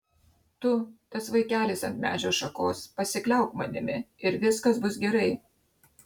tu tas vaikelis ant medžio šakos pasikliauk manimi ir viskas bus gerai